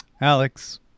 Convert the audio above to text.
Alex